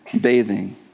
bathing